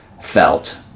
felt